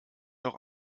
noch